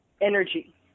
energy